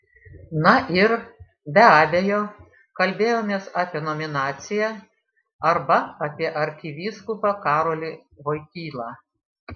na ir be abejo kalbėjomės apie nominaciją arba apie arkivyskupą karolį voitylą